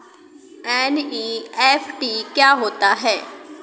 NEFT क्या होता है?